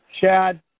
Chad